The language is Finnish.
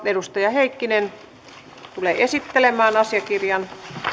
edustaja heikkinen tulee esittelemään asiakirjan